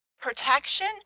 protection